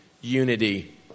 unity